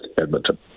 Edmonton